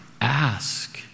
ask